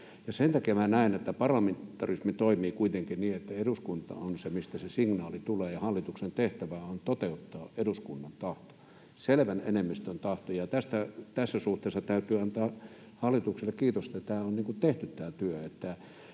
Sen takia näen, että parlamentarismi toimii kuitenkin niin, että eduskunta on se, mistä se signaali tulee, ja hallituksen tehtävä on toteuttaa eduskunnan tahtoa, selvän enemmistön tahtoa. Tästä täytyy tässä suhteessa antaa hallitukselle kiitosta, että tämä työ on tehty,